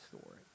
story